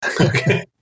Okay